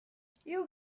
you